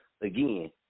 again